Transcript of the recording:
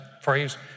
phrase